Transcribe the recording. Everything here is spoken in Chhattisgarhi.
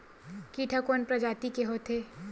कीट ह कोन प्रजाति के होथे?